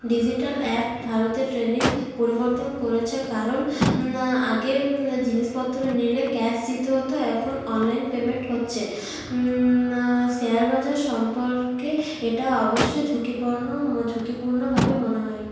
digital app ভারতের trading পরিবর্তন করেছে কারণ আগে জিনিসপত্র নিলে ক্যাশ দিতে হতো এখন অনলাইন পেমেন্ট হচ্ছে শেয়ার বাজার সম্পর্কে এটা অবশ্যই ঝুঁকিপর্ণ ম ঝুঁকিপূর্ণভাবে মনে হয়